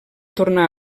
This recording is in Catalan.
tornar